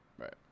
Right